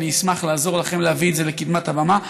אני אשמח לעזור לכם להביא את זה לקדמת הבמה,